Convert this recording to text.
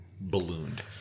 ballooned